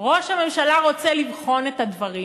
ראש הממשלה רוצה לבחון את הדברים.